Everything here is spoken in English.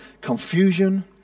confusion